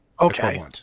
Okay